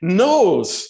knows